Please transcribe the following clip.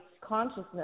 consciousness